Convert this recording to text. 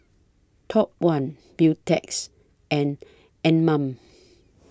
Top one Beautex and Anmum